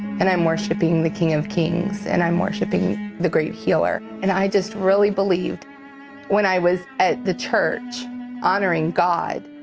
and i'm worshiping the king of kings, and i'm worshiping the great healer. and i just really believed when i was at the church honoring god,